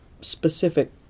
specific